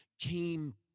came